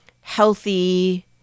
healthy